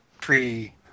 three